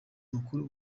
mukuru